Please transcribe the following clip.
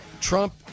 Trump